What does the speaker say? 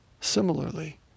Similarly